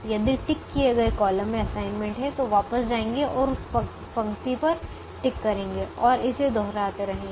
यदि टिक किए गए कॉलम में असाइनमेंट है तो वापस जाएंगे और उस पंक्ति पर टिक करेंगे और इसे दोहराते रहेंगे